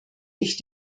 ich